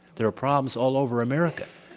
there are problems all over america.